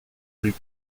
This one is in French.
luc